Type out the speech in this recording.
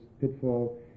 pitfall